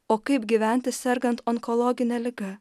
o kaip gyventi sergant onkologine liga